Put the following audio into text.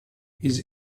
his